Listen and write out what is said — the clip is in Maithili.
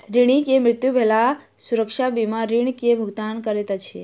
ऋणी के मृत्यु भेला सुरक्षा बीमा ऋण के भुगतान करैत अछि